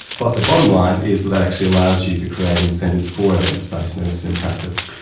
but the bottom line is that that actually allows you to create incentives for evidence-based medicine in practice.